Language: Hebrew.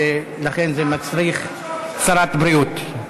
ולכן זה מצריך שרת בריאות.